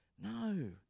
No